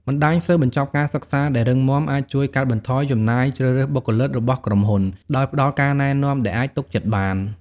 បណ្តាញសិស្សបញ្ចប់ការសិក្សាដែលរឹងមាំ អាចជួយកាត់បន្ថយចំណាយជ្រើសរើសបុគ្គលិករបស់ក្រុមហ៊ុន ដោយផ្តល់ការណែនាំដែលអាចទុកចិត្តបាន។